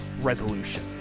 resolution